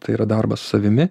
tai yra darbas su savimi